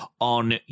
on